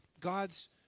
God's